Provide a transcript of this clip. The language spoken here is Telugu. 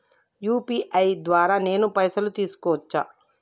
యూ.పీ.ఐ ద్వారా నేను పైసలు తీసుకోవచ్చా?